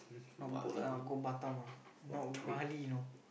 not boat lah I want go Batam ah not Bali know